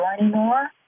anymore